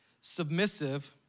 submissive